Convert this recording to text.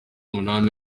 munani